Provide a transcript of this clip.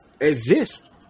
exist